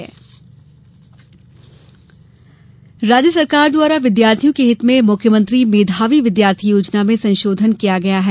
मेधावी योजना संशोधन राज्य सरकार द्वारा विद्यार्थियों के हित में मुख्यमंत्री मेधावी विद्यार्थी योजना में संशोधन किया गया है